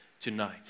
tonight